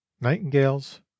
Nightingales